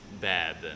bad